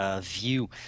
view